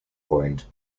point